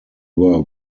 were